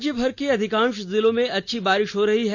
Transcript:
राज्यभर के अधिकांश जिलों में अच्छी बारिश हो रही है